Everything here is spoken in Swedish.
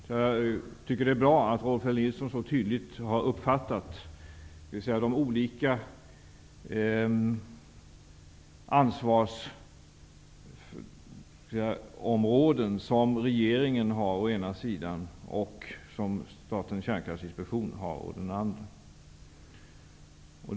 Jag tycker det är bra att Rolf L Nilson så tydligt har uppfattat de olika ansvarsområden som regeringen har å den ena sidan och Statens kärnkraftsinspektion har å den andra.